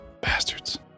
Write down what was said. bastards